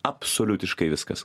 absoliutiškai viskas